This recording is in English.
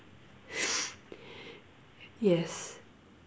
yes